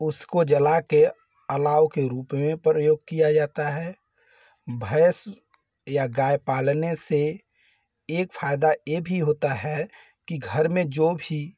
उसको जलाकर अलाव के रूप में प्रयोग किया जाता है भैंस या गाय पालने से एक फ़ायदा यह भी होता है कि घर में जो भी